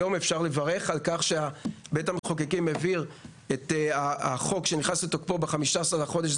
היום אפשר לברך על כך שבית המחוקקים העביר חוק שנכנס לתוקפו ב-15 לחודש,